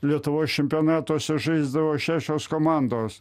lietuvos čempionatuose žaisdavo šešios komandos